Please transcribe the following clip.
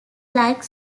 like